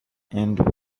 and